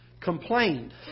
complained